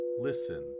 listen